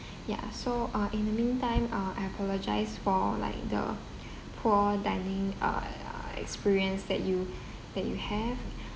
yeah so uh in the meantime uh I apologise for like the poor dining uh uh experience that you that you have